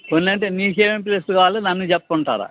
కొన్ని అంటే మీకేమేం ప్లేస్లు కావాలి నన్ను చెప్పమంటారా